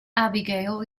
abigail